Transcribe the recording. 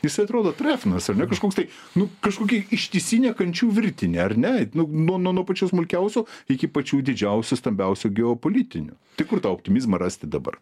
jis atrodo trefnas kažkoks tai nu kažkokia ištisinė kančių virtinė ar ne nu nuo nuo pačio smulkiausio iki pačių didžiausių stambiausių geopolitinių tai kur tą optimizmą rasti dabar